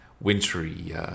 wintry